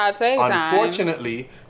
unfortunately